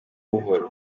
buhoro